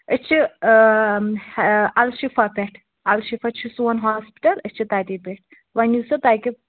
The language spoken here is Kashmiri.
أسۍ چھِ اَلشِفا پٮ۪ٹھ اَلشِفا چھُ سون ہاسپِٹَل أسۍ چھِ تَتے پٮ۪ٹھ ونۍ یی سو تَتہِ